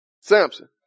Samson